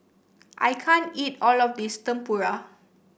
I can't eat all of this Tempura